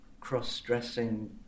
cross-dressing